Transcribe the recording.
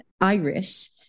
Irish